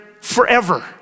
forever